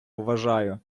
вважаю